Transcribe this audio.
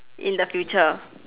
in the future